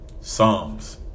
Psalms